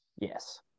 Yes